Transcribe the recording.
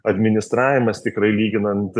administravimas tikrai lyginant